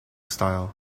style